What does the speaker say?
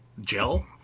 gel